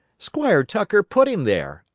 squire tucker put him there.